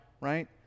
right